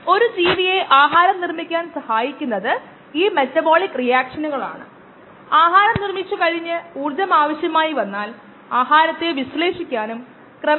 ഉദാഹരണത്തിന് നമുക്ക് വേഗതയുണ്ട് അത് നിരക്കിന് തുല്യമാണ് കൂടാതെ ശരാശരി വേഗത നമ്മൾ യാത്ര ചെയ്ത ദൂരവും സമയവും അനുസരിച്ചു അളക്കാനും നമുക്ക് കഴിയും